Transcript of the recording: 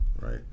right